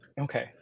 okay